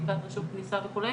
בדיקת רשות כניסה וכו',